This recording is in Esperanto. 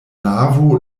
navo